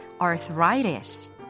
arthritis